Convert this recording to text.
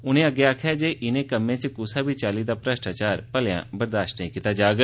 उनें अग्गें आक्खेया जे इनें कम्मै च क्सै बी चाल्लीं दा भ्रष्टाचार भलेयां बर्दाश्त नेंई कीता जाग